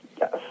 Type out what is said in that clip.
Yes